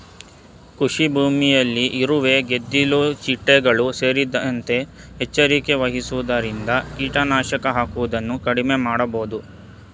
ಕೃಷಿಭೂಮಿಯಲ್ಲಿ ಇರುವೆ, ಗೆದ್ದಿಲು ಚಿಟ್ಟೆಗಳು ಸೇರಿದಂತೆ ಎಚ್ಚರಿಕೆ ವಹಿಸುವುದರಿಂದ ಕೀಟನಾಶಕ ಹಾಕುವುದನ್ನು ಕಡಿಮೆ ಮಾಡಬೋದು